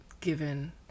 given